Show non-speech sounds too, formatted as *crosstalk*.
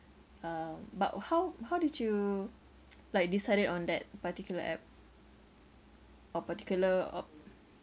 uh but how how did you *noise* like decided on that particular app or particular op~